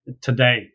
today